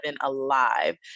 Alive